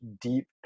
deep